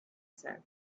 said